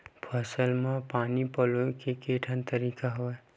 फसल म पानी पलोय के केठन तरीका हवय?